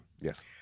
Yes